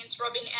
rubbing